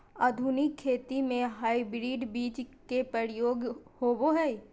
आधुनिक खेती में हाइब्रिड बीज के प्रयोग होबो हइ